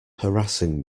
harassing